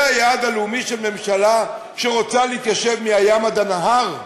זה היעד הלאומי של ממשלה שרוצה להתיישב מהים עד הנהר?